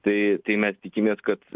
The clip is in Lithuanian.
tai tai mes tikimės kad